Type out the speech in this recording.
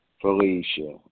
Felicia